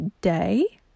day